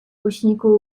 głośniku